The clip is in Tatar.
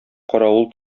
каравыл